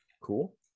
Cool